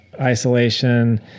isolation